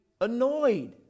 annoyed